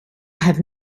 have